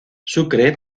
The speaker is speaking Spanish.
sucre